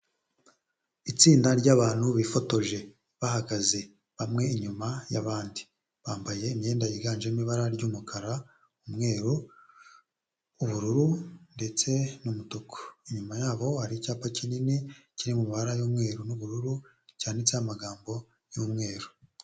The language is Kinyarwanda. Itsinda ry'abantu bifotoje bahagaze bamwe inyuma y'abandi. Bambaye imyenda yiganjemo ibara ry'umukara, umweru, ubururu ndetse n'umutuku. Inyuma yabo hari icyapa kinini kiri mubara y'umweru n'ubururu cyanditseho amagambo y'umweru.